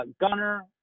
Gunner